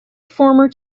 former